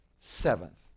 seventh